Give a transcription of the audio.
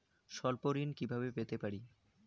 স্বল্প ঋণ কিভাবে পেতে পারি?